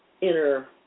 inner